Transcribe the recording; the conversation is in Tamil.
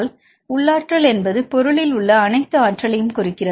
எனவே உள் ஆற்றல் என்பது பொருளில் உள்ள அனைத்து ஆற்றலையும் குறிக்கிறது